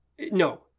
no